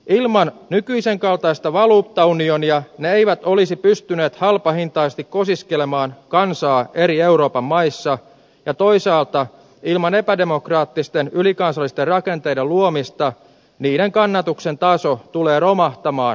ilman nykyisen kaltaista valuuttaunionia ne eivät olisi pystyneet halpahintaisesti kosiskelemaan kansaa eri euroopan maissa ja toisaalta ilman epädemokraattisten ylikansallisten rakenteiden luomista niiden kannatuksen taso tulee romahtamaan nykymuotoisen eun mukana